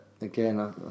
Again